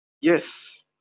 Yes